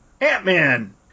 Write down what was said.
Ant-Man